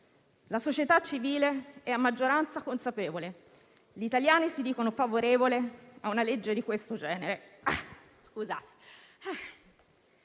La società civile è a maggioranza consapevole; gli italiani si dicono favorevoli a una legge di questo genere (...) scusate...